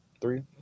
three